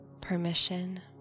permission